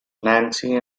nancy